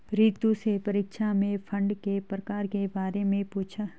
रितु से परीक्षा में फंड के प्रकार के बारे में पूछा